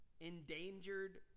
Endangered